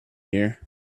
here